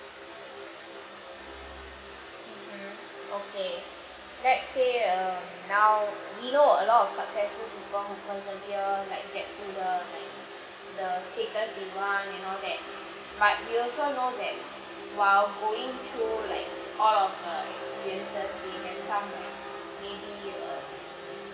mmhmm okay let's say um now we know a lot of successful people who persevere like that to the like the status they want and all that but we also know that while going through like all of the experiences they have some like maybe err